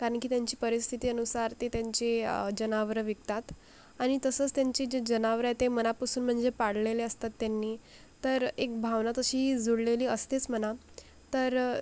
कारण की त्यांची परिस्थिती अनुसार ते त्यांचे जनावरं विकतात आणि तसंच त्यांची जे जनावरं आहेत ते मनापासून म्हणजे पाळलेले असतात त्यांनी तर एक भावना तशीही जुळलेली असतेच म्हणा तर